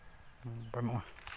ᱱᱚᱣᱟ